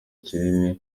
kinini